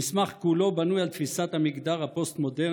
המסמך כולו בנוי על תפיסת המגדר הפוסט-מודרנית